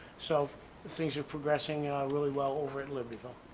so things are progressing really well over in libertyville.